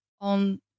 on